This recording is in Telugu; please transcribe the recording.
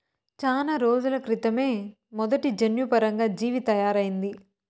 చానా రోజుల క్రితమే మొదటి జన్యుపరంగా జీవి తయారయింది